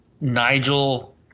nigel